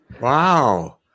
Wow